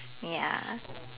ya